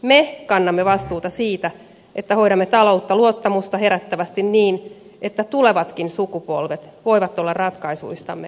me kannamme vastuuta siitä että hoidamme taloutta luottamusta herättävästi niin että tulevatkin sukupolvet voivat olla ratkaisuistamme ylpeitä